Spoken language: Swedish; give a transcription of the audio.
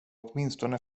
åtminstone